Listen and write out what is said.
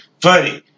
Funny